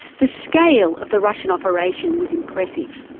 the scale of the russian operation was impressive,